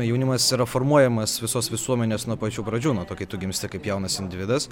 jaunimas yra formuojamas visos visuomenės nuo pačių pradžių nuo to kai tu gimsti kaip jaunas individas